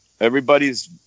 Everybody's